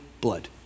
blood